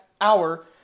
hour